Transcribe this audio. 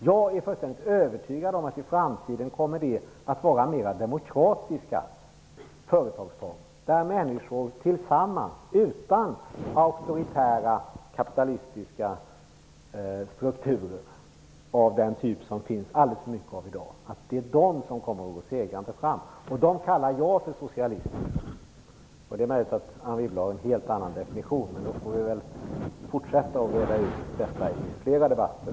Jag är fullständigt övertygad om att det i framtiden kommer att bli mera demokratiska företagsformer, där människor tillsammans, utan auktoritära kapitalistiska strukturer av den typ som det finns alldeles för mycket av i dag, kommer att gå segrande fram. Sådana kallar jag för socialism. Det är möjligt att Anne Wibble har en helt annan definition, men i så fall får vi väl så småningom fortsätta att reda ut detta i flera debatter.